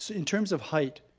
in terms of height,